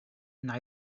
wna